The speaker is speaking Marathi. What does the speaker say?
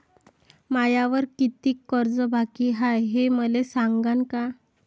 मायावर कितीक कर्ज बाकी हाय, हे मले सांगान का?